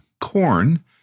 Corn